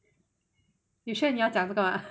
you sure 你要讲这个吗